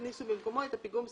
הכניסו במקומו את "פיגום זקפים"